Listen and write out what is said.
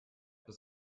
bis